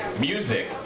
music